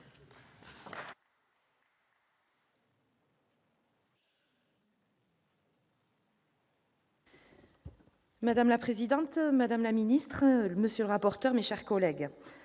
Madame la présidente, madame la ministre, monsieur le rapporteur, mes chers collègues,